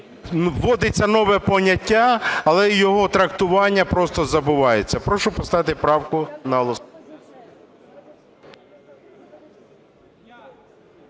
вводиться нове поняття, але його трактування просто забувається. Прошу поставити правку на голосування.